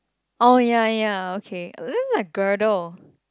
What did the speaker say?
oh yeah yeah okay then like girdle